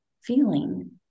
feeling